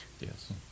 Yes